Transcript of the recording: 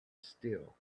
still